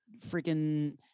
freaking